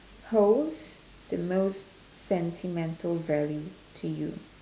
holds the most sentimental value to you